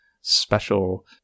special